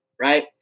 right